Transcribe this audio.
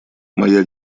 моя